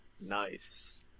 Nice